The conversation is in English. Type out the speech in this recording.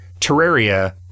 Terraria